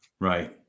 Right